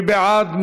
מי בעד?